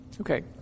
Okay